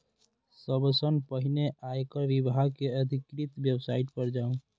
सबसं पहिने आयकर विभाग के अधिकृत वेबसाइट पर जाउ